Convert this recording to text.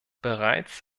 bereits